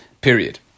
Period